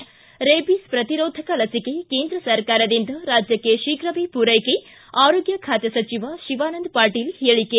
ಿಕ rabies ಪ್ರತಿರೋಧಕ ಲಸಿಕೆ ಕೇಂದ್ರ ಸರ್ಕಾರದಿಂದ ರಾಜ್ಯಕ್ಷೆ ಶೀಘವೇ ಮೂರೈಕೆ ಆರೋಗ್ಯ ಖಾತೆ ಸಚಿವ ಶಿವಾನಂದ ಪಾಟೀಲ್ ಹೇಳಿಕೆ